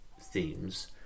themes